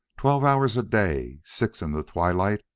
twelve hours a day, six in the twilight,